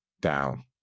down